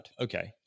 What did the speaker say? Okay